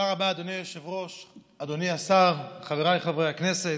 אדוני היושב-ראש, אדוני השר, חבריי חברי הכנסת,